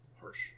harsh